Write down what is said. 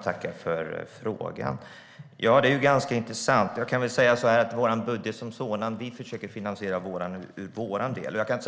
Herr talman! Jag tackar för frågan. Vi försöker att finansiera vår budget.